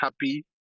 happy